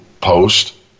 post